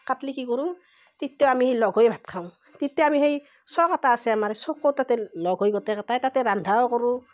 কাটলি কি কৰোঁ তিত্তা আমি লগ হৈ ভাত খাওঁ তিত্তা আমি সেই চ'ক এটা আছে আমাৰ চ'কৰ তাতে লগ হৈ গোটেইকেইটাই তাতে ৰান্ধোঁ কৰোঁ